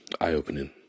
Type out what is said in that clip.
eye-opening